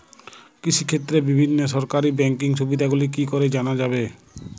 কৃষিক্ষেত্রে বিভিন্ন সরকারি ব্যকিং সুবিধাগুলি কি করে জানা যাবে?